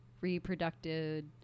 reproductive